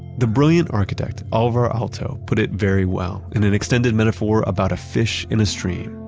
the brilliant architect, alvar aalto, put it very well in an extended metaphor about a fish in a stream.